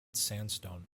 sandstone